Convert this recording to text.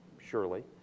surely